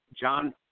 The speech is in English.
John